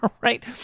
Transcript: right